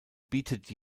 bietet